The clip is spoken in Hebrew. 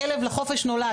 הכלב לחופש נולד'.